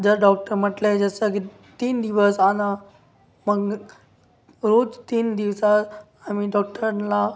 जर डॉक्टर म्हटले जसं की तीन दिवस आणि मग रोज तीन दिवसात आम्ही डॉक्टरांना